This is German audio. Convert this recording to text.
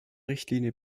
richtlinie